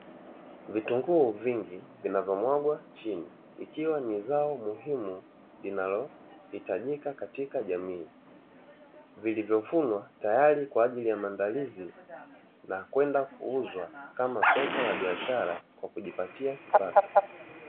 Vitunguu vingi vinavyomwagwa chini, vikiwa ni zao muhimu linalohitajika katika jamii, vilivyovunwa tayari kwa ajili ya maandalizi na kwenda kuuzwa kama soko la biashara, kwa kujipatia kipato.